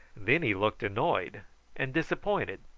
then he looked annoyed and disappointed,